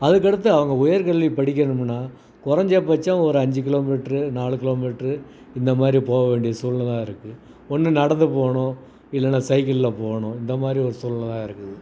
அதற்கடுத்து அவங்க உயர்கல்வி படிக்கணுமுன்னா குறஞ்ச பட்சம் ஒரு அஞ்சு கிலோ மீட்டரு நாலு கிலோ மீட்டரு இந்தமாதிரி போ வேண்டிய சூழ்நிலையா இருக்கு ஒன்று நடந்து போகணும் இல்லைன்னா சைக்கிளில் போகணும் இந்தமாதிரி ஒரு சூழ்நிலைதான் இருக்குது